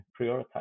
prioritize